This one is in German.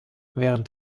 während